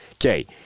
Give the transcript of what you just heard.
Okay